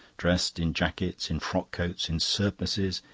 dressed in jackets, in frock-coats, in surplices,